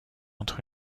entre